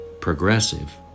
progressive